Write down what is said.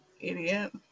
Idiot